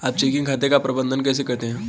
आप चेकिंग खाते का प्रबंधन कैसे करते हैं?